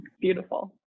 Beautiful